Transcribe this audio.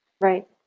Right